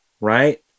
Right